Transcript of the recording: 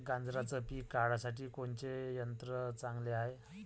गांजराचं पिके काढासाठी कोनचे यंत्र चांगले हाय?